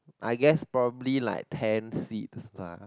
I guess probably like ten seeds lah